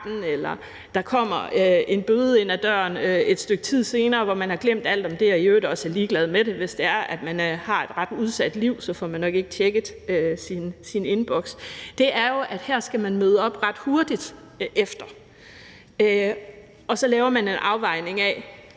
eller der kommer en bøde ind ad døren et stykke tid senere, hvor man har glemt alt om det og i øvrigt også er ligeglad med det. Hvis man har et ret udsat liv, får man nok ikke tjekket sin e-Boks. Men her er det jo sådan, at du skal møde op ret hurtigt efter. Og så laves der en afvejning af,